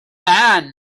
man